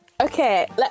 Okay